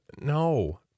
no